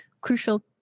crucial